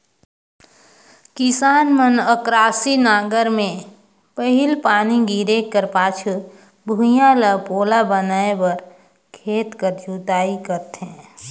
किसान मन अकरासी नांगर मे पहिल पानी गिरे कर पाछू भुईया ल पोला बनाए बर खेत कर जोताई करथे